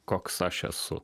koks aš esu